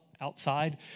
outside